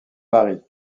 paris